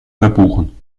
verbuchen